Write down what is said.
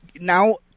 Now